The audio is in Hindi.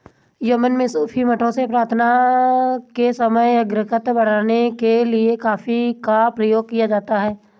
यमन में सूफी मठों में प्रार्थना के समय एकाग्रता बढ़ाने के लिए कॉफी का प्रयोग किया जाता था